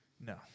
No